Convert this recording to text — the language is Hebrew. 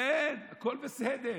אין, הכול בסדר.